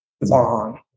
long